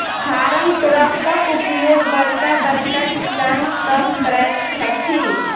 farm ट्रकक उपयोग बड़का बड़का किसान सभ करैत छथि